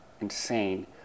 insane